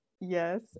Yes